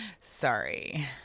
Sorry